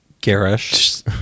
garish